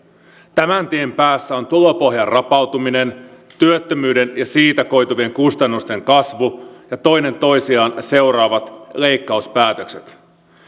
tämän tien päässä on tulopohjan rapautuminen työttömyyden ja siitä koituvien kustannusten kasvu ja toinen toistaan seuraavat leikkauspäätökset